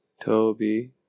Toby